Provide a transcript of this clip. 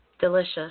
Delicious